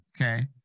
Okay